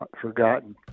forgotten